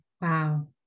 wow